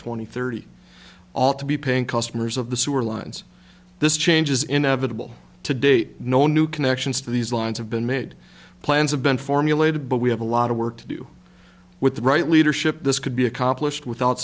twenty thirty ought to be paying customers of the sewer lines this change is inevitable to date no new connections to these lines have been made plans have been formulated but we have a lot of work to do with the right leadership this could be accomplished without